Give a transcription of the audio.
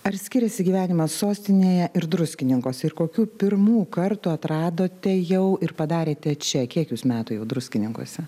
ar skiriasi gyvenimas sostinėje ir druskininkuose ir kokių pirmų kartų atradote jau ir padarėte čia kiek jūs metų jau druskininkuose